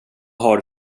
har